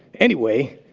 anyway,